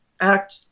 act